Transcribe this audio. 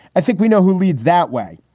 i think we know who leads that way.